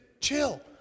chill